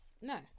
no